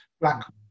black